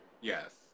Yes